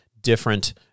different